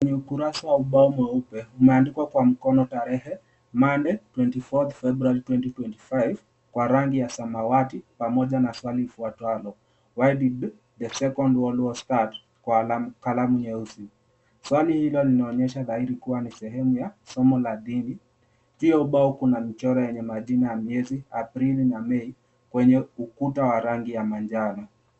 Ni ukurasa wa ubao mweupe. Umeandikwa kwa mkono tarehe Monday 24th February 2025 kwa rangi ya samawati pamoja na swali ifuatalo why did the second world war start kwa kalamu nyeusi. Swali hilo linaonyesha dhahiri kuwa ni sehemu la somo la dhidi. Juu ya ubao kuna mchoro yenye majina ya miezi aprili na mei kwenye ukuta wa rangi ya manjano.